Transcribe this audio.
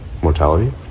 mortality